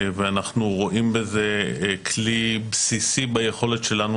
ואנחנו רואים בזה כלי בסיסי ביכולת שלנו